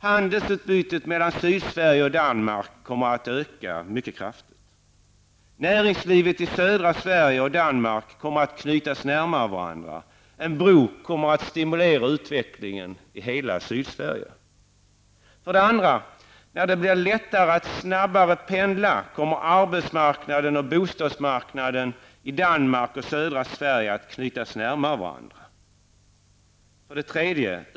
Handelsutbytet mellan Sydsverige och Danmark kommer att öka mycket kraftigt. Danmark kommer att knytas närmare varandra. En bro kommer att stimulera utvecklingen i hela 2. När det blir lättare att snabbare pendla, kommer arbetsmarknaden och bostadsmarknaden i Danmark och södra Sverige att knytas närmare varandra. 3.